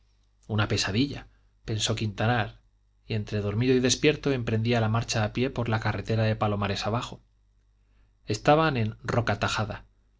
una pesadilla pensó quintanar y entre dormido y despierto emprendía la marcha a pie por la carretera de palomares abajo estaban en